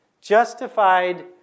Justified